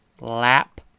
lap